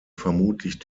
vermutlich